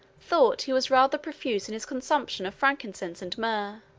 thought he was rather profuse in his consumption of frankincense and myrrh.